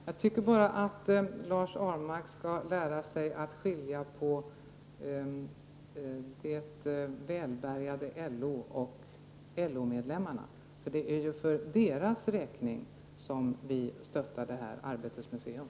Herr talman! Jag tycker att Lars Ahlmark skall lära sig att skilja på det välbärgade LO och LO-medlemmarna, för det är ju för deras räkning som vi vill ge stöd åt Arbetets museum.